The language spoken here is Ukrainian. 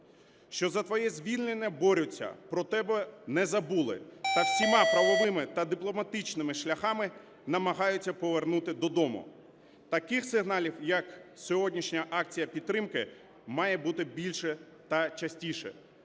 що за твоє звільнення борються, про тебе не забули та всіма правовими та дипломатичними шляхами намагаються повернути додому. Таких сигналів, як сьогоднішня акція підтримки, має бути більше та частіше.